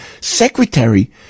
secretary